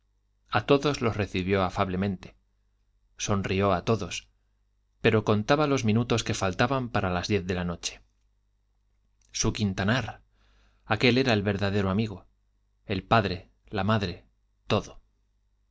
a todos los recibió afablemente sonrió a todos pero contaba los minutos que faltaban para las diez de la noche su quintanar aquél era el verdadero amigo el padre la madre todo